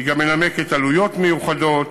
היא גם מנמקת עלויות מיוחדות